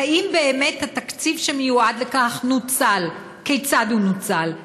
האם באמת התקציב שמיועד לכך נוצל וכיצד הוא נוצל,